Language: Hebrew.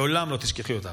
לעולם לא תשכחי אותם.